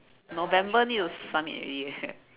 November need to submit already eh